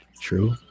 True